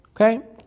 Okay